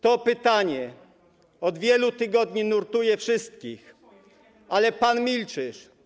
To pytanie od wielu tygodni nurtuje wszystkich, ale pan milczysz.